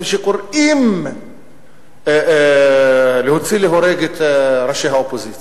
וקוראים להוציא להורג את ראשי האופוזיציה,